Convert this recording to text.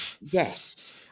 yes